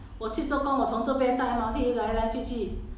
not not much